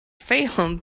failed